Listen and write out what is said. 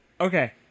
Okay